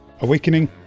Awakening